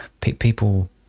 people